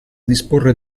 disporre